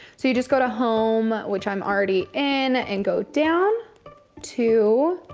so you just go to home, which i'm already in, and go down to,